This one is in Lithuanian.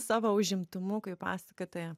savo užimtumu kaip pasakotoja